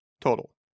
total